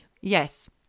Yes